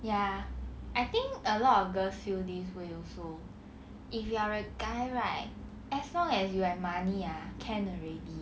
ya I think a lot of girls feel this way also if you are a guy right as long as you have money ah can already